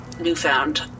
newfound